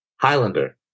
Highlander